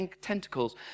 tentacles